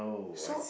so